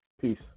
Peace